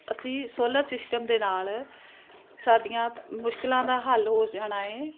ਅਸੀਂ solar system ਦੇ ਨਾਲ ਸਾਡੀਆਂ ਮੁਸ਼ਕਲਾਂ ਦਾ ਹੱਲ ਹੋ ਜਾਣਾ ਹੈ